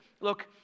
Look